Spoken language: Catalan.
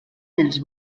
dels